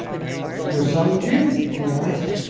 your son, duke? he asked.